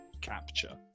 capture